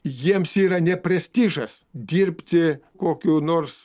jiems yra ne prestižas dirbti kokiu nors